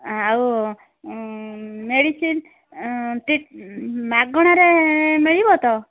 ଆଉ ମେଡ଼ିସିନ୍ ମାଗଣାରେ ମିଳିବ ତ